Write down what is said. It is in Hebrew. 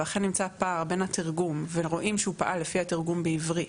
ואכן נמצא פער בין התרגום ורואים שהוא פעל לפי התרגום בעברית,